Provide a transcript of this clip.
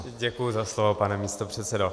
Děkuji za slovo, pane místopředsedo.